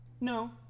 No